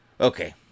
Okay